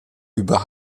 über